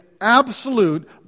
absolute